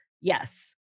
Yes